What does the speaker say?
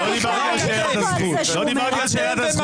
צריך להעריך אותו על זה שהוא אומר את זה.